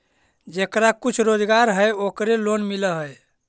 जेकरा कुछ रोजगार है ओकरे लोन मिल है?